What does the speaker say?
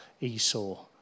Esau